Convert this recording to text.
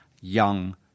Young